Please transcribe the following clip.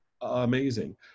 amazing